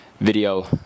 video